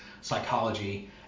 psychology